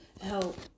help